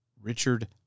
Richard